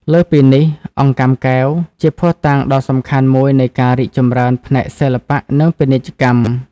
លើសពីនេះ អង្កាំកែវ ជាភស្តុតាងដ៏សំខាន់មួយនៃការរីកចម្រើនផ្នែកសិល្បៈ និងពាណិជ្ជកម្ម។